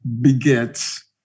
begets